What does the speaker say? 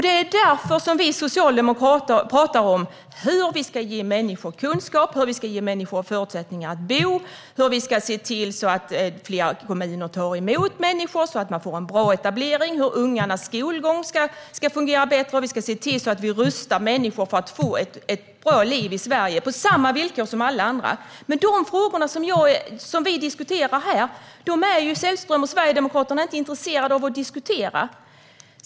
Det är därför vi socialdemokrater talar om hur vi ska ge människor kunskap, hur vi ska ge människor förutsättningar att bo, hur vi ska se till så att fler kommuner tar emot människor så att man får en bra etablering, hur ungarnas skolgång ska fungera bättre och hur vi ska se till så att vi rustar människor för att få ett bra liv i Sverige - på samma villkor som alla andra. Men de frågor som vi diskuterar här är Sällström och Sverigedemokraterna inte intresserade av att diskutera.